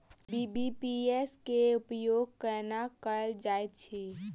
BBPS केँ उपयोग केना कएल जाइत अछि?